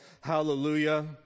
hallelujah